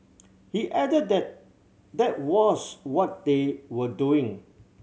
he added that that was what they were doing